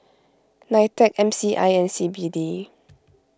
Nitec M C I and C B D